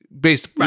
based